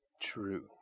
true